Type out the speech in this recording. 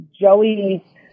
Joey